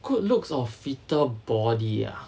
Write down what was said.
good looks or fitter body ah